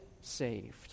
saved